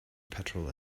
petrol